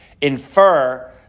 infer